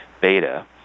beta